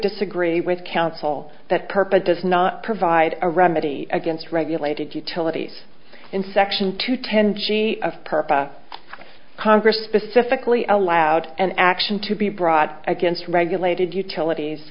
disagree with counsel that purpose does not provide a remedy against regulated utilities in section two tenchi of purpose congress specifically allowed an action to be brought against regulated utilities